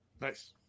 Nice